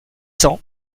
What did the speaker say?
cents